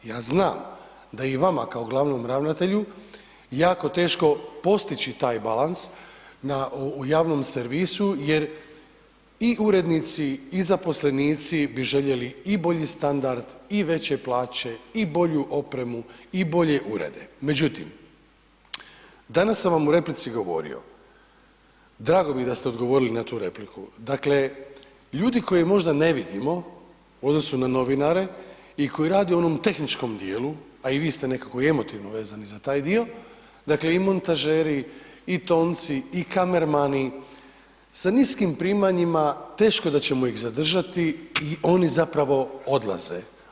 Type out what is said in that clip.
Ja znam da je i vama kao glavnom ravnatelju jako teško postići taj balans u javnom servisu jer i urednici i zaposlenici bi željeli i bolji standard i veće plaće i bolju opremu i bolje urede međutim danas vam u replici govorio, drago mi je da ste odgovorili na tu repliku, dakle ljudi koje možda ne vidimo u odnosu na novinare i koji rade u onom tehničkom djelu a i vi s te nekako emotivno vezani za taj dio, dakle i montažeri i tonci i kamermani sa niskom primanjima, teško da ćemo ih zadržati i oni zapravo odlaze.